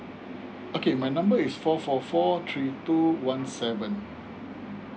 okay my number is four four four three two one seven